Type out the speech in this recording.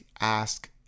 ask